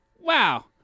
Wow